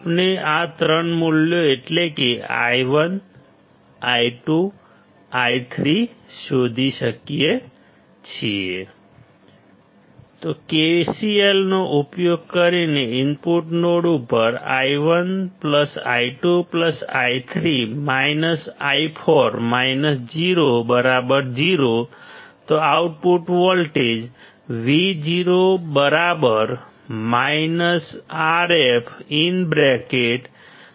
આપણે આ ત્રણ મૂલ્યો એટલે કે i1 i2 i3 શોધી શકીએ છીએ